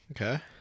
Okay